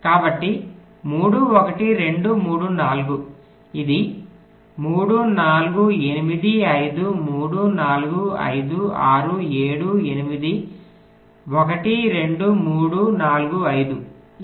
కాబట్టి 3 1 2 3 4 ఇది 3 4 8 5 3 4 5 6 7 8 1 2 3 4 5 ఇది